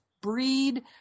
breed